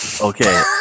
Okay